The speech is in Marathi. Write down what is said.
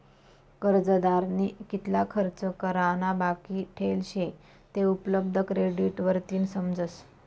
कर्जदारनी कितला खर्च करा ना बाकी ठेल शे ते उपलब्ध क्रेडिट वरतीन समजस